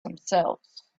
themselves